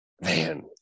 Man